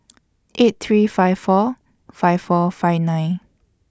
eight three five four five four five nine